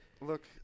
Look